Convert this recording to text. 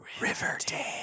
Riverdale